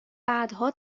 بعدها